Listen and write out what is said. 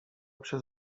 przez